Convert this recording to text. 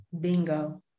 bingo